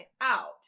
out